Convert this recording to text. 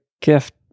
gift